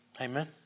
Amen